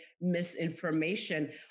misinformation